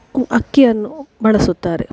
ಅಕ್ಕಿಯನ್ನು ಬಳಸುತ್ತಾರೆ